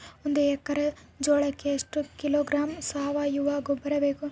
ಒಂದು ಎಕ್ಕರೆ ಜೋಳಕ್ಕೆ ಎಷ್ಟು ಕಿಲೋಗ್ರಾಂ ಸಾವಯುವ ಗೊಬ್ಬರ ಬೇಕು?